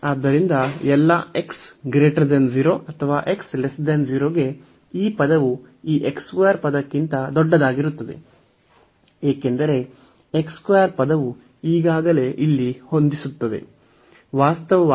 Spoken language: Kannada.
ಆದ್ದರಿಂದ ಎಲ್ಲಾ x 0 ಅಥವಾ x 0 ಗೆ ಈ ಪದವು ಈ ಪದಕ್ಕಿಂತ ದೊಡ್ಡದಾಗಿರುತ್ತದೆ ಏಕೆಂದರೆ ಪದವು ಈಗಾಗಲೇ ಇಲ್ಲಿ ಹೊಂದಿಸುತ್ತದೆ